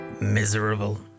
Miserable